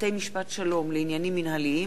(בתי-משפט שלום לעניינים מינהליים),